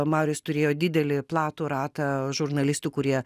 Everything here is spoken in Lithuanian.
marius turėjo didelį platų ratą žurnalistų kurie